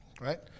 right